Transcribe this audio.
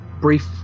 brief